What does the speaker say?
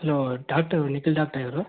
hello doctor Nikhil ಡಾಕ್ಟ್ರಾ ಇವರು